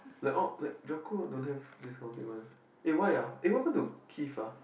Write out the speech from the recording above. like all like Jacko don't have this kind of thing one eh why ah what happen to Keefe ah